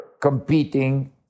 competing